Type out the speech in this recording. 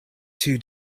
two